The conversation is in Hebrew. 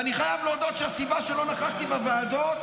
ואני חייב להודות שהסיבה שלא נכחתי בוועדות